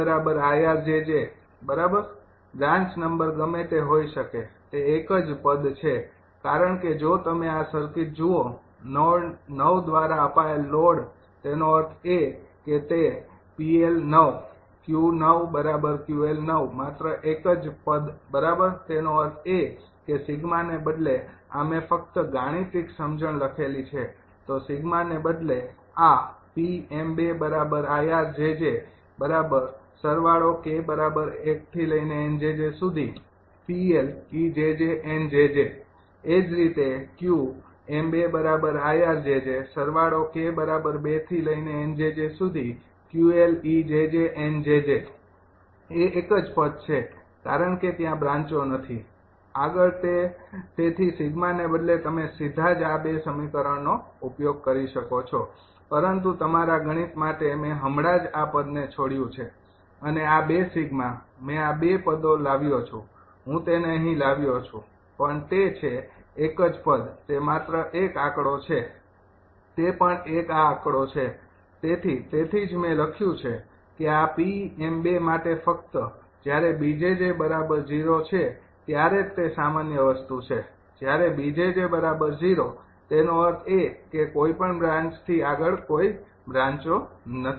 બરાબર branch number ગમે તે હોઈ શકે તે એક જ પદ છે કારણ કે જો તમે આ સર્કિટ જુઓ નોડ ૯ દ્વારા અપાયેલ કુલ લોડ તેનો અર્થ એ કે તે 𝑃𝐿૯ 𝑄૮𝑄𝐿૯ માત્ર એક જ પદ બરાબર તેનો અર્થ એ કે સિગ્માને બદલે આ મેં ફકત ગાણિતિક સમજણ લખેલી છે તો સિગ્માને બદલે આ એ જ રીતે એ એક જ પદ છે કારણ કે ત્યાં બ્રાંચો નથી આગળ તે તેથી સીગ્માને બદલે તમે સીધા જ આ ૨ સમીકરણોનો ઉપયોગ કરી શકો છો પરંતુ તમારા ગણિત માટે મેં હમણાં જ આ પદ ને છોડયું છે અને આ ૨ સિગ્મા મેં આ ૨ પદો લાવ્યો છુ હું તેને અહીં લાવ્યો છું પણ તે છે એક જ પદ તે માત્ર એક આંકડો છે તે પણ એક આં કડો છે તેથી તેથી જ મેં લખ્યું છે કે આ 𝑃𝑚૨ માટે ફક્ત જ્યારે 𝐵 𝑗𝑗 0 છે ત્યારે જ તે સામાન્ય વસ્તુ છે જ્યારે 𝐵𝑗𝑗0 તેનો અર્થ એ કે કોઈપણ બ્રાન્ચથી આગળ કોઈ બ્રાંચો નથી